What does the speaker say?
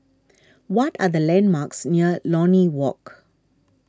what are the landmarks near Lornie Walk